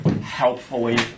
helpfully